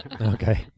Okay